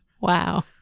Wow